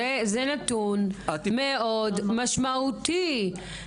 זה נתון מאוד משמעותי.